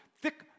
thick